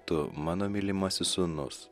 tu mano mylimasis sūnus